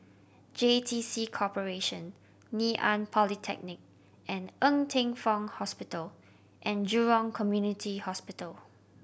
J T C Corporation Ngee Ann Polytechnic and Ng Teng Fong Hospital And Jurong Community Hospital